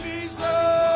Jesus